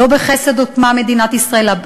לא בחסד הוקמה מדינת ישראל,